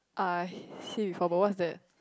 uh see before but what's that